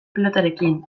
pilotarekin